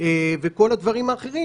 לפי שיקול דעתו.